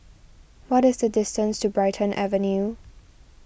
what is the distance to Brighton Avenue